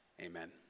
amen